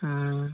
ᱦᱩᱸ